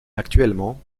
actuellement